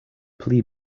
pli